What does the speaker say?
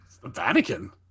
Vatican